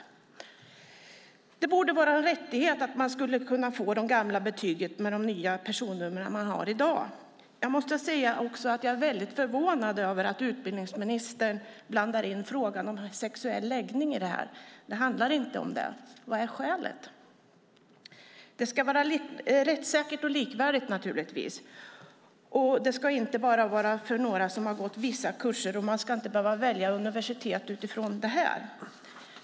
Det borde vara en rättighet att få det gamla betyget med det nya personnummer man har i dag. Jag måste också säga att jag är väldigt förvånad över att utbildningsministern blandar in frågan om sexuell läggning i detta. Det handlar inte om det. Vad är skälet? Det ska vara rättssäkert och likvärdigt, naturligtvis, och det ska inte bara vara för några som har gått vissa kurser. Man ska inte behöva välja universitet utifrån detta.